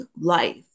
life